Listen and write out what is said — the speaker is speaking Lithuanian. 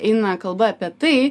eina kalba apie tai